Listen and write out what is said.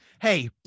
Hey